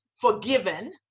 forgiven